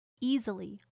easily